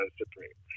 supreme